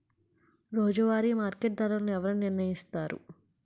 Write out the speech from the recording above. రోజువారి మార్కెట్ ధరలను ఎవరు నిర్ణయిస్తారు?